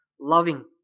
loving